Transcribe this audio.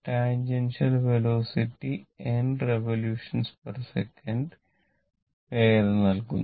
ടാജിന്റില് വെലോസിറ്റിയാണ് n റിവൊല്യൂഷൻസെക്കന്റ്revolutionsec RPS വേഗത നൽകുന്നു